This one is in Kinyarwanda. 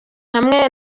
hamwe